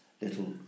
little